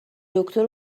دکتر